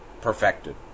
perfected